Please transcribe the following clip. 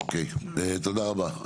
תודה רבה.